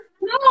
No